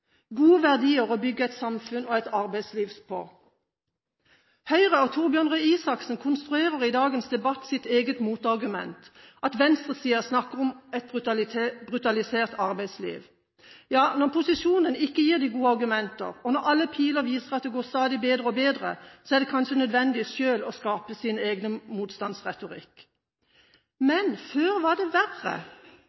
gode verdier å bygge et samfunn og et arbeidsliv på. Høyre og Torbjørn Røe Isaksen konstruerer i dagens debatt sitt eget motargument, at venstresiden snakker om et «brutalisert» arbeidsliv. Ja, når posisjonen ikke gir dem gode argumenter, og når alle piler viser at det stadig går bedre, er det kanskje nødvendig selv å skape sin egen motstandsretorikk.